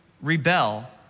rebel